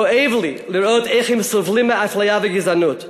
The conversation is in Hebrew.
כואב לי לראות איך הם סובלים מאפליה וגזענות,